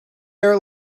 air